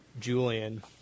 Julian